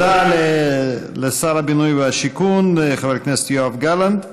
תודה לשר הבינוי והשיכון חבר הכנסת יואב גלנט.